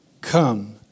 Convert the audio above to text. come